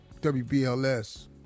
WBLS